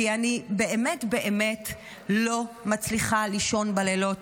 כי אני באמת באמת לא מצליחה לישון בלילות.